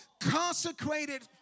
consecrated